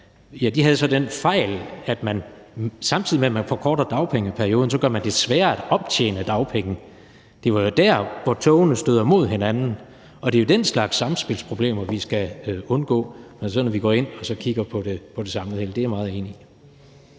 havde den fejl, at man, samtidig med at man forkortede dagpengeperioden, gjorde det sværere at optjene dagpenge. Det var jo der, hvor togene stødte mod hinanden. Og det er jo den slags samspilsproblemer, vi skal undgå, når vi går ind og kigger på det – det er jeg meget enig i.